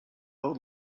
old